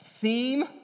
theme